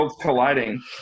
colliding